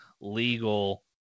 legal